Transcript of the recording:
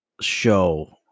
show